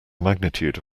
magnitude